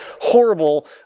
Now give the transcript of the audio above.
horrible